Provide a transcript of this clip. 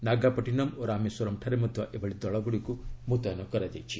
ନାଗାପଟ୍ଟିନମ୍ ଓ ରାମେଶ୍ୱରମ୍ଠାରେ ମଧ୍ୟ ଏଭଳି ଦଳଗୁଡ଼ିକୁ ମୁତୟନ କରାଯାଇଛି